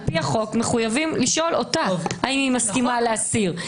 על פי החוק מחויבים לשאול אותה האם היא מסכימה להסיר.